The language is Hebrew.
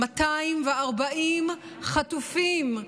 240 חטופים,